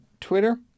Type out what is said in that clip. Twitter